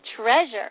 treasure